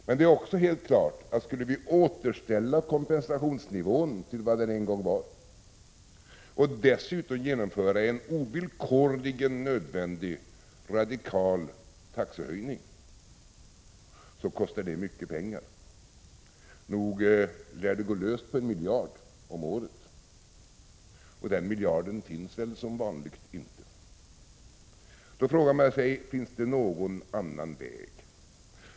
Men det är också helt klart, att om vi skulle återställa kompensationsnivån till vad den en gång var och dessutom genomföra en ovillkorligen nödvändig radikal taxehöjning, så kostar det pengar. Nog lär det gå löst på en miljard om året, och den miljarden finns väl som vanligt inte. Då frågar man sig: Finns det någon annan väg?